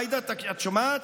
עאידה, את שומעת?